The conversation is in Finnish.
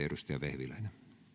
edustaja vehviläinen